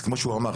אז כמו שהוא אמר,